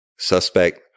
Suspect